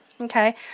okay